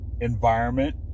environment